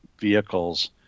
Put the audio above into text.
vehicles